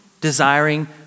desiring